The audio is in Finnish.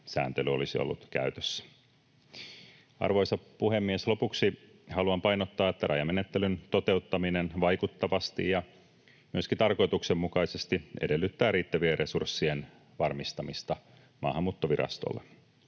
sääntely olisi ollut käytössä. Arvoisa puhemies! Lopuksi haluan painottaa, että rajamenettelyn toteuttaminen vaikuttavasti ja myöskin tarkoituksenmukaisesti edellyttää riittävien resurssien varmistamista Maahanmuuttovirastolle.